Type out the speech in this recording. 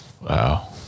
Wow